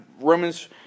Romans